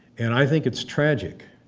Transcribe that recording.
and i think it's tragic,